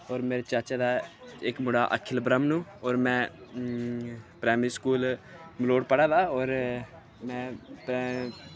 और मेरे चाचे दा इक मुड़ा अखिल ब्रैह्मनु और में प्राईमरी स्कूल मरोड़ पढ़ा दा और में